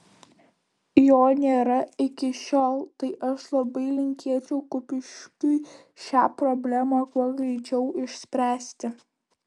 jo nėra iki šiol tai aš labai linkėčiau kupiškiui šią problemą kuo greičiau išspręsti